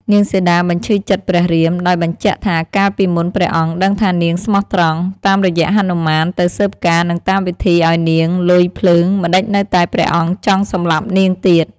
នាងសីតាបញ្ឈឺចិត្តព្រះរាម ដោយបញ្ជាក់ថាកាលពីមុនព្រះអង្គដឹងថានាងស្មោះត្រង់ តាមរយៈហនុមានទៅស៊ើបការនិងតាមវិធីឱ្យនាងលុយភ្លើងម្តេចនៅតែព្រះអង្គចង់សម្លាប់នាងទៀត។